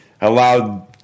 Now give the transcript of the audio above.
allowed –